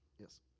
Yes